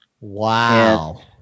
Wow